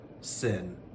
sin